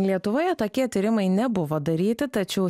lietuvoje tokie tyrimai nebuvo daryti tačiau